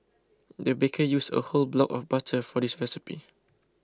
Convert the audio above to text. the baker used a whole block of butter for this recipe